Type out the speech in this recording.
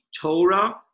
torah